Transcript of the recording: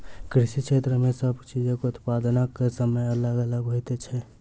कृषि क्षेत्र मे सब चीजक उत्पादनक समय अलग अलग होइत छै